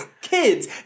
kids